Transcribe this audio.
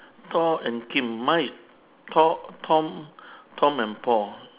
paul and kim mine is tom tom tom and paul